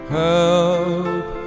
help